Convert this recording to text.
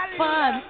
fun